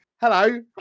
Hello